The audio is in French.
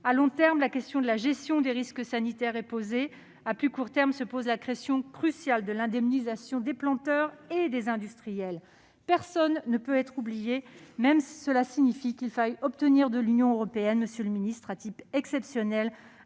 À long terme, la question de la gestion des risques sanitaires est posée. À plus court terme, c'est celle, cruciale, de l'indemnisation des planteurs et des industriels. Personne ne peut être oublié, même si cela signifie qu'il faille obtenir de l'Union européenne, à titre exceptionnel,